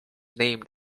named